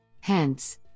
Hence